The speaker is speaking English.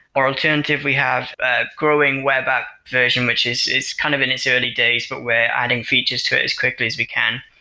or alternative we have ah growing web app version, which is is kind of in its early days, but we're adding features to it as quickly as we can.